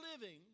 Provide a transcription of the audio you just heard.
living